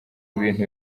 ibintu